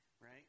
right